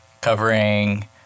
covering